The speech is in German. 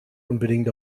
unbedingt